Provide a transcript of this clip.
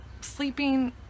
sleeping